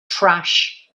trash